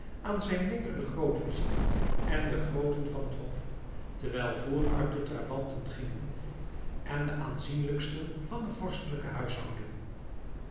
aan zijn linker de grootvizier en de grooten van het hof terwijl vooruit de trawanten gingen en de aanzienlijksten van de vorstelijke huishouding